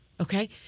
Okay